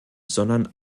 sondern